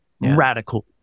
radical